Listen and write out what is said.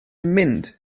mynd